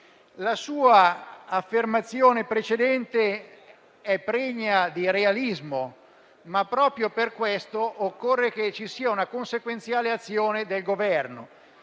La sua affermazione precedente è pregna di realismo, ma proprio per questo occorre che ci sia una consequenziale azione del Governo,